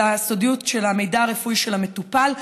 הסודיות של המידע הרפואי של המטופל.